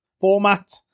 format